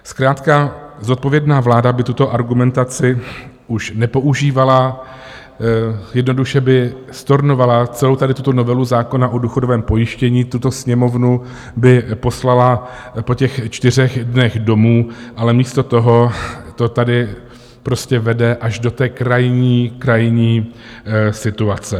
Zkrátka zodpovědná vláda by tuto argumentaci už nepoužívala, jednoduše by stornovala celou tuto novelu zákona o důchodovém pojištění, tuto Sněmovnu by poslala po těch čtyřech dnech domů, ale místo toho to tady prostě vede až do té krajní situace.